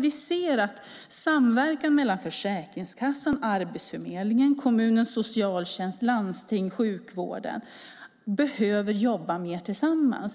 Vi ser att Försäkringskassan, Arbetsförmedlingen, kommunens socialtjänst, landstiget och sjukvården behöver jobba mer tillsammans